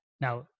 Now